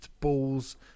balls